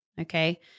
Okay